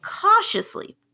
cautiously